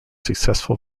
successful